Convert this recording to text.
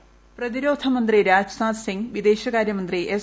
voice പ്രതിരോധമന്ത്രി രാജ്നാഥ് സിംഗ് വിദേശകാര്യമന്ത്രി S